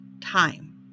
time